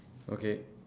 okay